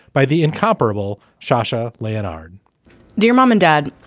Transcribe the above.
by the incomparable shasha leonhard dear mom and dad,